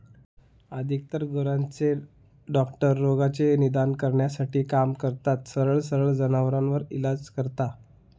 अधिकतर गुरांचे डॉक्टर रोगाचे निदान करण्यासाठी काम करतात, सरळ सरळ जनावरांवर इलाज करता